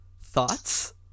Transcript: Thoughts